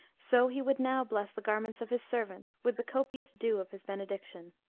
so he would now bless the garments of his servant, with the copious dew of his benediction.